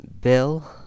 bill